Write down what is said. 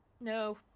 No